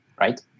right